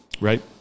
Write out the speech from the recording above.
Right